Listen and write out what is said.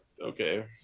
okay